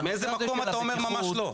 מאיזה מקום אתה אומר "ממש לא"?